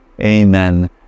Amen